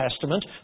Testament